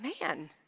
man